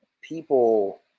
people